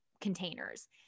containers